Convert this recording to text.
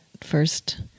first